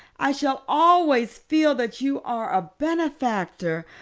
i shall always feel that you are a benefactor.